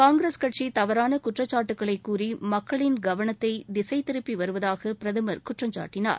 காங்கிரஸ் கட்சி தவறான குற்றச்சாட்டுகளை கூறி மக்களின் கவனத்தை திசைதிருப்புவதாக குற்றம் சாட்டினார்